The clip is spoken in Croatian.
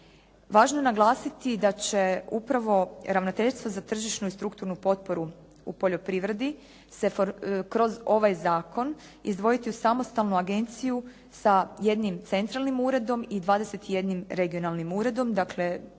Važno je naglasiti da će upravo ravnateljstvo za tržišnu i strukturnu potporu u poljoprivredi se kroz ovaj zakon izdvojiti u samostalnu agenciju sa jednim centralnim uredom i 21 regionalnim uredom. Dakle,